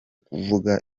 kuvuga